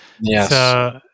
Yes